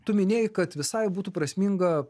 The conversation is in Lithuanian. tu minėjai kad visai būtų prasminga